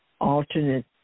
alternate